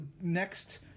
next